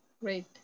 Great